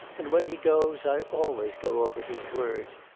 and when he goes, i always go over his words,